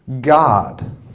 God